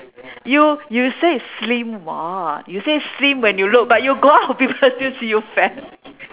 you you say it's slim [what] you say slim when you look but you go out people still see you fat